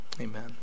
amen